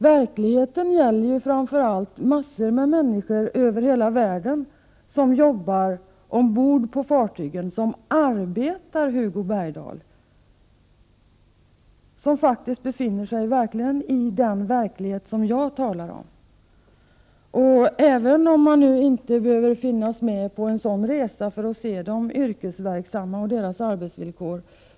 Verkligheten gäller framför allt massor med människor över hela världen som jobbar ombord på fartygen, som arbetar, Hugo Bergdahl, som faktiskt befinner sig i den verklighet som jag talar om. Man behöver inte finnas med på en sådan resa för att se yrkesverksamma och deras arbetsvillkor.